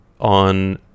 on